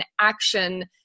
action